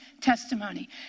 testimony